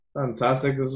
Fantastic